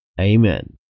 Amen